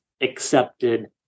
accepted